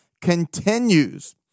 continues